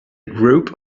group